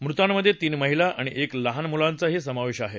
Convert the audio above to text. मृतांमध्ये तीन महिला आणि एका लहान मुलाचाही समावेश आहे